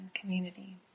community